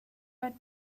but